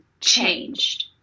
changed